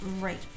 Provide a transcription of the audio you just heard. Right